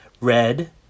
Red